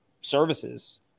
services